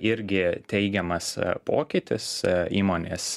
irgi teigiamas pokytis įmonės